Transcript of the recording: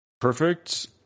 perfect